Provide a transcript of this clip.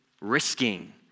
risking